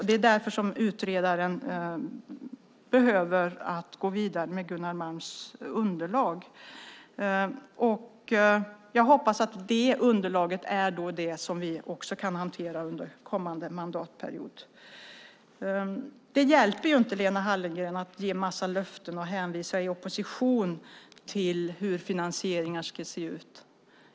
Det är därför som utredaren behöver gå vidare med Gunnar Malms underlag. Jag hoppas att detta underlag är det som vi kan hantera under kommande mandatperiod. Det hjälper inte, Lena Hallengren, att ge en massa löften och i opposition hänvisa till hur finansieringen ska se ut.